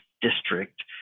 district